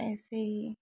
ऐसे ही